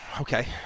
okay